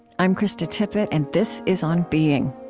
i'm krista tippett, and this is on being